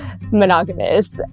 monogamous